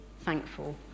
thankful